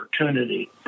opportunity